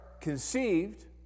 conceived